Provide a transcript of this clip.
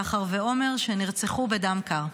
שחר ועומר, שנרצחו בדם קר.